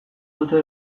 dute